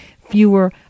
fewer